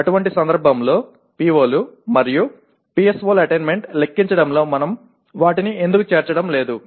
అటువంటి సందర్భంలో PO లు మరియు PSO ల అటైన్మెంట్ లెక్కించడంలో మనం వాటిని ఎందుకు చేర్చడం లేదు